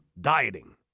dieting